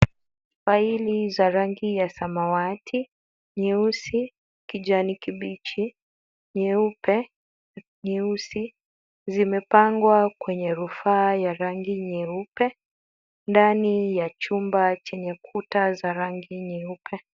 Faili za rangi ya samawati, nyeusi, kijani kibichi, nyeupe, nyeusi zimepangwa kwenye rufaa ya rangi nyeupe ndani ya chumba chenye kuta za rangi nyeupe.